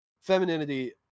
femininity